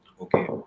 okay